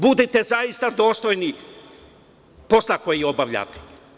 Budite zaista dostojni posla koji obavljate.